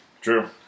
True